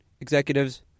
executives